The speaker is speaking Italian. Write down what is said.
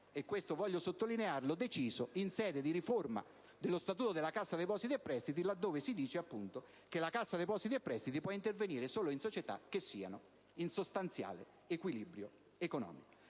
deciso ‑ voglio sottolinearlo ‑ in sede di riforma dello Statuto della Cassa depositi e prestiti, dove si prevede che la Cassa possa intervenire solo in società che siano in sostanziale equilibrio economico.